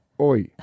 oi